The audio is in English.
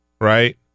right